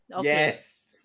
Yes